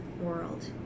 world